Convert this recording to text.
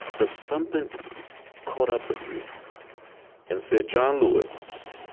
but something caught up with you and said, john lewis,